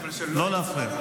לא להפריע.